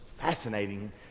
fascinating